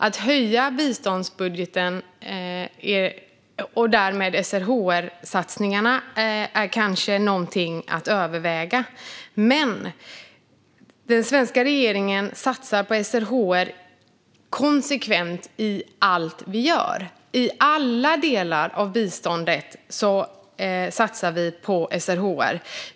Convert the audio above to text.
Att höja biståndsbudgeten och därmed SRHR-satsningarna är kanske någonting att överväga, men den svenska regeringen satsar på SRHR konsekvent - i allt vi gör. I alla delar av biståndet satsar vi på SRHR.